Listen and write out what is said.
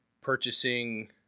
purchasing